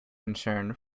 concern